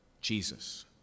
Jesus